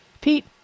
pete